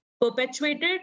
perpetuated